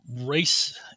race